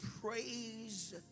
praise